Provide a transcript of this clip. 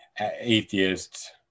atheists